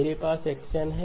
मेरे पास x n है